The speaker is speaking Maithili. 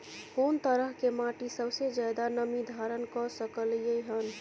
कोन तरह के माटी सबसे ज्यादा नमी धारण कर सकलय हन?